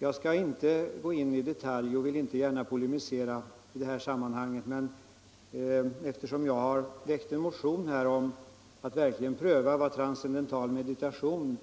Jag skall inte gå in i detalj och vill inte gärna polemisera i detta sammanhang, och eftersom jag har väckt en motion om att man verkligen bör pröva vad transcendental meditation